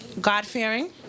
God-fearing